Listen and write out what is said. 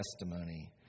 testimony